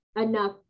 enough